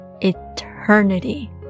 eternity